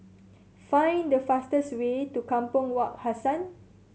find the fastest way to Kampong Wak Hassan